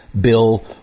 Bill